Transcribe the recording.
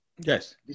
Yes